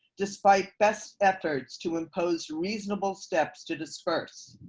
despite best efforts to impose reasonable steps to disperse